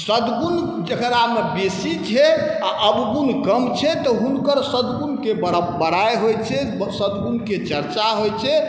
सद्गुण जकरामे बेसी छै आओर अवगुण कम छै तऽ हुनकर सद्गुणके बड़ाइ होइ छै सद्गुणके चर्चा होइ छै